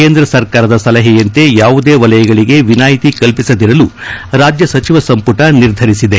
ಕೇಂದ್ರ ಸರ್ಕಾರದ ಸಲಹೆಯಂತೆ ಯಾವುದೇ ವಲಯಗಳಿಗೆ ವಿನಾಯಿತಿ ಕಲ್ಪಸದಿರಲು ರಾಜ್ಞ ಸಚಿವ ಸಂಪುಟ ನಿರ್ಧರಿಸಿದೆ